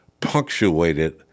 punctuated